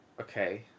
Okay